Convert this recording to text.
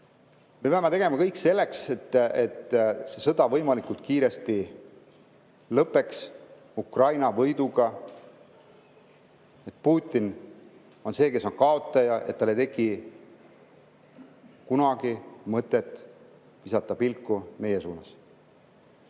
Me peame tegema kõik selleks, et see sõda võimalikult kiiresti lõppeks Ukraina võiduga, et Putin oleks see, kes on kaotaja, et tal ei tekiks kunagi mõtet visata pilku meie suunas.